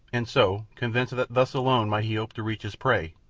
and so, convinced that thus alone might he hope to reach his prey,